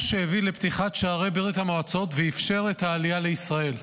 הוא שהביא לפתיחת שערי ברית המועצות ואפשר את העלייה לישראל.